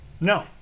No